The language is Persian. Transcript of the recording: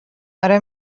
آره